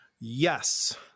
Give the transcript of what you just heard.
Yes